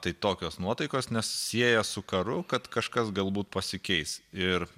tai tokios nuotaikos nes sieja su karu kad kažkas galbūt pasikeis ir